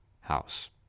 house